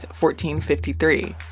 1453